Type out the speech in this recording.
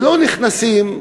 ולא נכנסים,